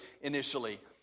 initially